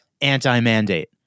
anti-mandate